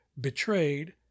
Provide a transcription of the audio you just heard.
betrayed